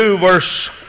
verse